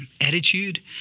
attitude